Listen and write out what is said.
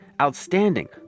outstanding